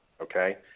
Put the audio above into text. Okay